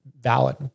valid